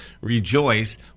rejoice